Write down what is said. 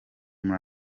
muri